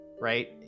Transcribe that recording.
right